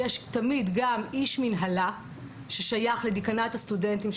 יש תמיד גם איש מנהלה ששייך לדיקנאט הסטודנטים,